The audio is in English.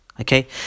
Okay